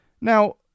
Now